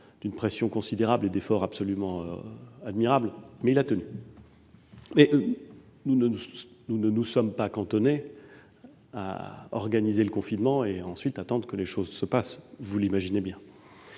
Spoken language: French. d'une pression considérable et d'efforts absolument admirables, mais il a tenu. Cela dit, nous ne nous sommes pas cantonnés à organiser le confinement et à attendre, ensuite, que les choses se passent, vous l'imaginez bien.